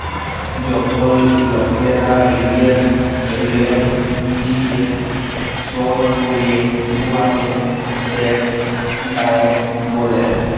যখল লকেরা লিজের ঋলের পুঁজিকে শধ ক্যরে উয়াকে ডেট ডায়েট ব্যলে